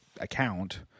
account